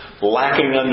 Lacking